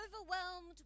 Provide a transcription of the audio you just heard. overwhelmed